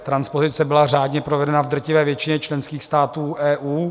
Transpozice byla řádně provedena v drtivé většině členských států EU.